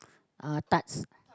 uh tarts